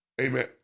Amen